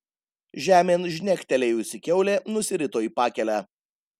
žemėn žnektelėjusi kiaulė nusirito į pakelę